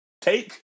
take